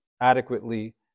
adequately